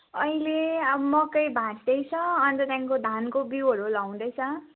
अहिले अब मकै भाँच्दैछ अन्त त्यहाँदेखिको धानको बिउहरू लाउँदैछ